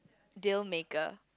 deal maker